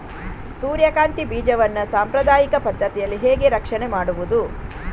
ಸೂರ್ಯಕಾಂತಿ ಬೀಜವನ್ನ ಸಾಂಪ್ರದಾಯಿಕ ಪದ್ಧತಿಯಲ್ಲಿ ಹೇಗೆ ರಕ್ಷಣೆ ಮಾಡುವುದು